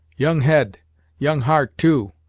young head young heart, too.